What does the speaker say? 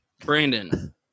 Brandon